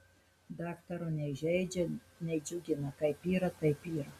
daktaro nei žeidžia nei džiugina kaip yra taip yra